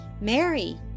Mary